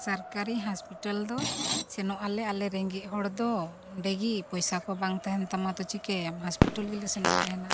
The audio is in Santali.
ᱥᱚᱨᱠᱟᱨᱤ ᱦᱚᱥᱯᱤᱴᱟᱞ ᱫᱚ ᱥᱮᱱᱚᱜ ᱟᱞᱮ ᱟᱞᱮ ᱨᱮᱸᱜᱮᱡ ᱦᱚᱲ ᱫᱚ ᱚᱸᱰᱮ ᱜᱮ ᱯᱚᱭᱥᱟ ᱠᱚ ᱵᱟᱝ ᱛᱟᱦᱮᱱ ᱛᱟᱢᱟ ᱛᱚ ᱪᱤᱠᱟᱹᱭᱟᱢ ᱦᱚᱥᱯᱤᱴᱟᱞ ᱜᱮᱞᱮ ᱥᱮᱱᱚᱜ ᱛᱟᱦᱮᱱᱟ